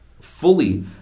fully